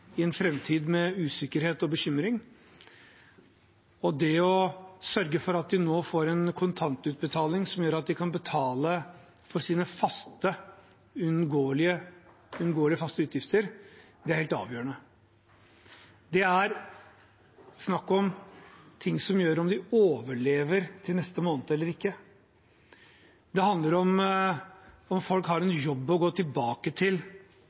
i en framtid med usikkerhet og bekymring, og det å sørge for at de nå får en kontantutbetaling som gjør at de kan betale for sine uunngåelige faste utgifter, er helt avgjørende. Det er snakk om ting som avgjør om de overlever til neste måned eller ikke. Det handler om hvorvidt folk har en jobb å gå til tilbake til